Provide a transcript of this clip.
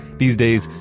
these days,